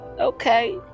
okay